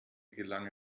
gelang